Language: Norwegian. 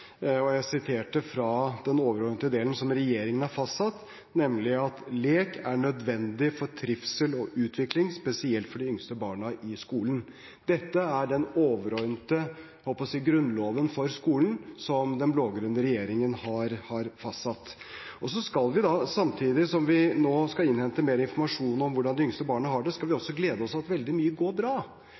regjeringen har fastsatt, nemlig at lek er nødvendig for trivsel og utvikling, spesielt for de yngste barna i skolen. Dette er den overordnede – jeg holdt på å si – grunnloven for skolen, som den blå-grønne regjeringen har fastsatt. Samtidig som vi nå skal innhente mer informasjon om hvordan de yngste barna har det, skal vi også glede oss over at veldig mye går bra.